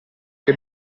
che